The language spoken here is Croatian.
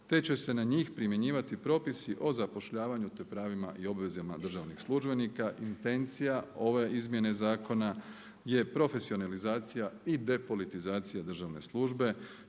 te će se na njih primjenjivati propisi o zapošljavanju te pravima i obvezama državnih službenika. Intencija ove izmjene zakona je profesionalizacija i depolitizacija državne službe